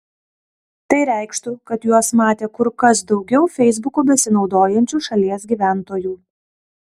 tai reikštų kad juos matė kur kas daugiau feisbuku besinaudojančių šalies gyventojų